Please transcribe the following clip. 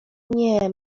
nie